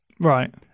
right